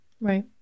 right